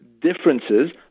differences